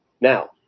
Now